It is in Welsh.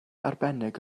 arbennig